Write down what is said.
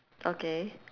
okay